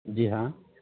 جی ہاں